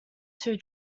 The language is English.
two